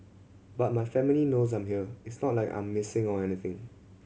but my family knows I'm here it's not like I'm missing or anything